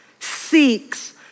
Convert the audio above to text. seeks